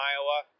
Iowa